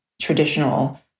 traditional